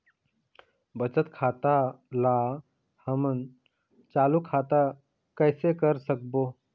बचत खाता ला हमन चालू खाता कइसे कर सकबो?